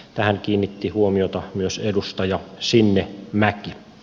tähän kiinnitti huomiota myös edustaja sinnemäki